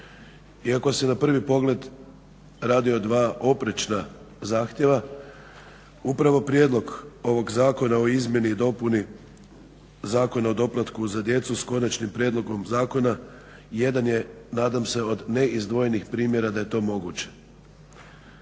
Iako se na prvi pogled radi o dva oprečna zahtjeva, upravo Prijedlog ovog zakona o izmjeni i dopuni Zakona o doplatku za djecu, s konačnim prijedlogom zakona, jedan je nadam se od neizdvojenih primjera da je to moguće.